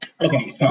Okay